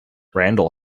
randall